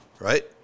Right